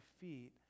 feet